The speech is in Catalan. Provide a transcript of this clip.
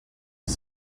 els